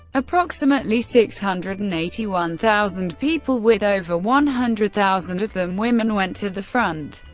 approximately six hundred and eighty one thousand people with over one hundred thousand of them women went to the front,